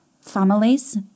families